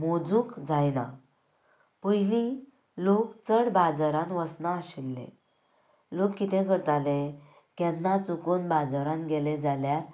मोजूंक जायना पयलीं लोक चड बाजारांत वचनाशिल्ले लोक कितें करताले केन्ना चुकोन बाजारांत गेले जाल्यार